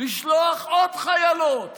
לשלוח עוד חיילות